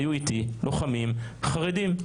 והיו אתי לוחמים חרדים.